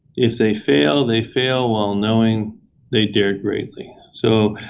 if they fail, they fail while knowing they dared greatly. so,